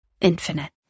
infinite